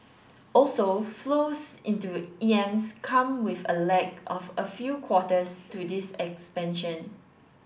also flows into E Ms come with a lag of a few quarters to this expansion